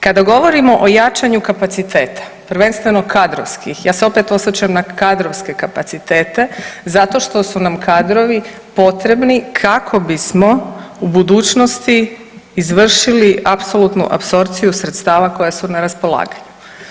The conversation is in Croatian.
Kada govorimo o jačanju kapaciteta, prvenstveno kadrovskih, ja se opet osvrćem na kadrovske kapacitete zato što su nam kadrovi potrebni kako bismo u budućnosti izvršili apsolutnu apsorpciju sredstava koja su na raspolaganju.